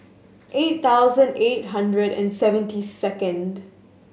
eight thousand eight hundred and seventy second